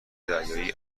دریایی